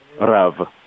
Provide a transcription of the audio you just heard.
rav